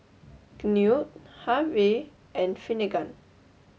Knute Harve and Finnegan